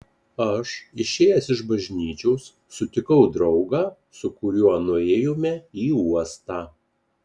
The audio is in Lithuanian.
aš išėjęs iš bažnyčios sutikau draugą su kuriuo nuėjome į uostą